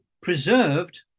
preserved